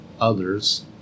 others